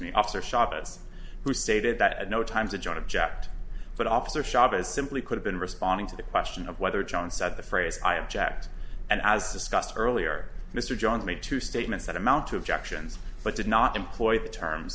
the officer shot as who stated that at no time to join object but officer shot as simply could have been responding to the question of whether john said the phrase i object and as discussed earlier mr jones made two statements that amount to objections but did not employ the term